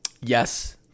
Yes